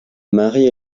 mari